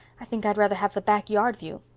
i think i'd rather have the back yard view.